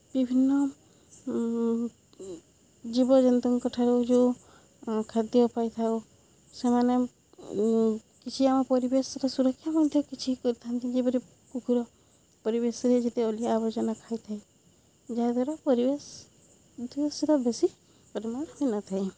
ବିଭିନ୍ନ ଜୀବଜନ୍ତୁଙ୍କ ଠାରୁ ଯେଉଁ ଖାଦ୍ୟ ପାଇଥାଉ ସେମାନେ କିଛି ଆମ ପରିବେଶର ସୁରକ୍ଷା ମଧ୍ୟ କିଛି କରିଥାନ୍ତି ଯେପରି କୁକୁର ପରିବେଶରେ ଯେତେ ଅଳିଆ ଆବର୍ଜନା ଖାଇଥାଏ ଯାହା ଦ୍ୱାରା ପରିବେଶ ମଧ୍ୟ ସେଇଟା ବେଶୀ ପରିମାଣ ହୋଇନଥାଏ